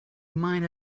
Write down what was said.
might